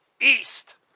east